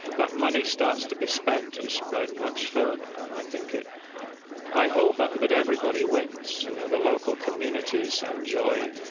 that money starts to be spent and spread much further. and i think it i hope that everybody wins, you know. the local communities enjoy,